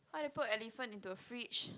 how do you put a elephant into a fridge